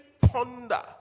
ponder